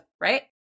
right